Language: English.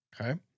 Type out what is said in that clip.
okay